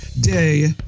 day